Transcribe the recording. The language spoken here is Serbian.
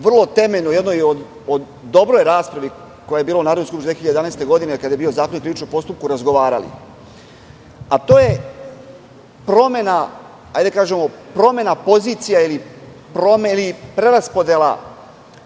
vrlo temeljno u jednoj dobroj raspravi koja je bila u Narodnoj skupštini 2011. godine, kada je bio Zakonik o krivičnom postupku, razgovarali, a to je, da kažemo, promena pozicija ili preraspodela